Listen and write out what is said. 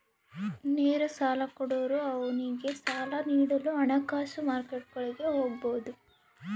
ನೇರ ಸಾಲ ಕೊಡೋರು ಅವ್ನಿಗೆ ಸಾಲ ನೀಡಲು ಹಣಕಾಸು ಮಾರ್ಕೆಟ್ಗುಳಿಗೆ ಹೋಗಬೊದು